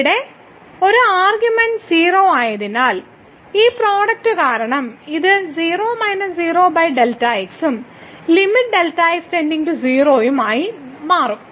ഇവിടെ ഒരു ആർഗ്യുമെന്റ് 0 ആയതിനാൽ ഈ പ്രോഡക്റ്റ് കാരണം ഇത് ഉം ലിമിറ്റ് Δx → 0 ഉം ആയി മാറും